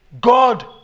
god